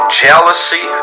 jealousy